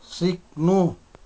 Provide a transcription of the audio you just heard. सिक्नु